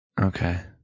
Okay